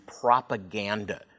propaganda